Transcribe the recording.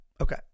okay